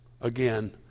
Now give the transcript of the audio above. again